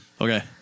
Okay